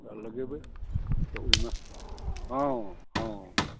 वएह लगेबै तऽ ओहिमे हॅं हॅं